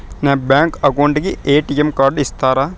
నా bank account కు ATM card ఇస్తారా